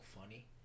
funny